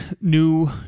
new